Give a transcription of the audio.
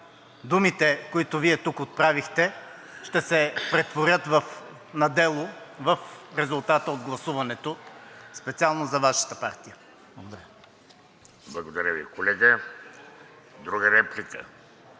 думите, които Вие тук отправихте, ще се претворят на дело в резултата от гласуването специално за Вашата партия. Благодаря. ПРЕДСЕДАТЕЛ ВЕЖДИ